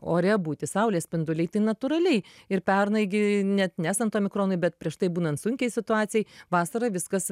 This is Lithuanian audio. ore būti saulės spinduliai tai natūraliai ir pernai gi net nesant omikronui bet prieš tai būnant sunkiai situacijai vasarą viskas